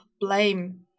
blame